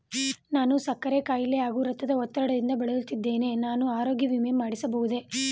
ನಾನು ಸಕ್ಕರೆ ಖಾಯಿಲೆ ಹಾಗೂ ರಕ್ತದ ಒತ್ತಡದಿಂದ ಬಳಲುತ್ತಿದ್ದೇನೆ ನಾನು ಆರೋಗ್ಯ ವಿಮೆ ಮಾಡಿಸಬಹುದೇ?